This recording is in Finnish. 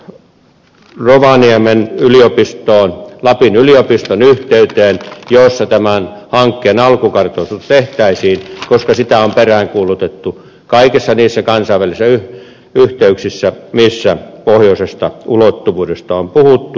se sijoitettiin rovaniemelle lapin yliopiston yhteyteen jossa tämän hankkeen alkukartoitus tehtäisiin koska sitä on peräänkuulutettu kaikissa niissä kansainvälisissä yhteyksissä missä pohjoisesta ulottuvuudesta on puhuttu